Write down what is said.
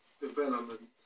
development